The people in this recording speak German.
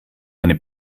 eine